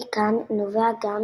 מכאן נובע גם